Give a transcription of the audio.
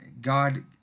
God